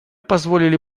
позволили